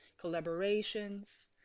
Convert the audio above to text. collaborations